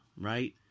right